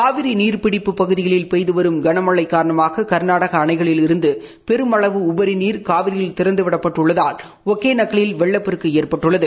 காவிரி நீர்பிடிப்புப் பகுதிகளில் பெய்து வரும் களமழை காரணமாக கர்நாடக அணைகளிலிருந்து பெருமளவு உபரி நீர் காவிரியில் திறந்துவிடப்பட்டுள்ளதால் ஒகேனக்கலில் வெள்ளப்பெருக்கு ஏற்பட்டுள்ளது